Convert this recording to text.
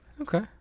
Okay